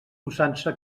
usança